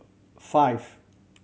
five